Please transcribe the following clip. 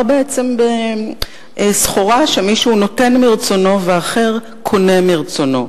בעצם בסחורה שמישהו נותן מרצונו ואחר קונה מרצונו,